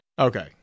Okay